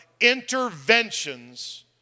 interventions